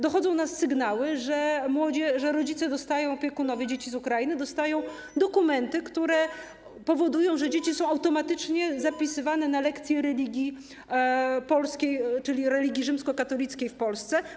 Dochodzą do nas sygnały, że rodzice, opiekunowie dzieci z Ukrainy dostają dokumenty, które powodują, że dzieci są automatycznie zapisywane na lekcje religii polskiej, czyli religii rzymskokatolickiej w Polsce.